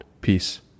Peace